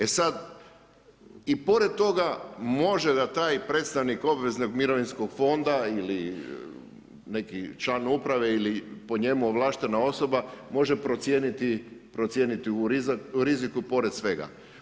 E sad, i pored toga može da taj predstavnik obveznog mirovinskog fonda ili neki član uprave, ili po njemu ovlaštena osoba, može procijeniti rizik pored svega.